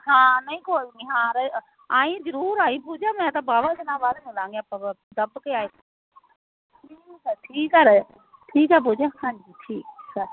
ਹਾਂ ਨਹੀਂ ਕੋਈ ਨਹੀਂ ਹਾਂ ਆਈ ਜ਼ਰੂਰ ਆਈ ਪੂਜਾ ਮੈਂ ਤਾਂ ਵਾਹਵਾ ਦਿਨਾਂ ਬਾਅਦ ਮਿਲਾਂਗੇ ਆਪਾਂ ਦੱਬ ਕੇ ਆਏ ਠੀਕ ਆ ਰਹੇ ਠੀਕ ਆ ਪੂਜਾ ਹਾਂਜੀ ਠੀਕ ਆ